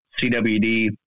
CWD